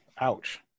ouch